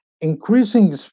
increasing